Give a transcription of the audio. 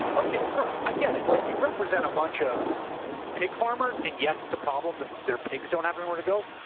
okay bro, i get it. like you represent a bunch of pig farmers and yes, it's a problem that their pigs don't have anywhere to go,